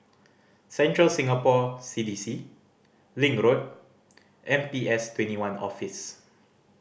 Central Singapore C D C Link Road and P S Twenty one Office